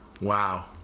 Wow